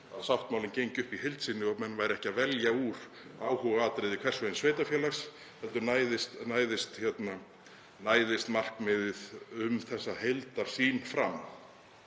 sáttmálinn gengi upp í heild sinni og menn væru ekki að velja úr áhugaatriði hvers og eins sveitarfélags heldur næðist markmiðið um þessa heildarsýn fram.